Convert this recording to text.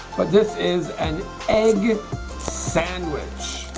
but this is an egg sandwich